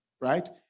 right